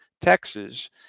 Texas